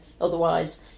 Otherwise